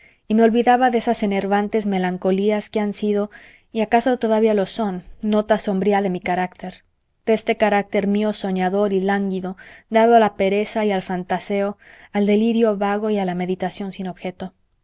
y me olvidaba de esas enervantes melancolías que han sido y acaso todavía lo son nota sombría de mi carácter de este carácter mío soñador y lánguido dado a la pereza y al fantaseo al delirio vago y a la meditación sin objeto